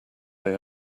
they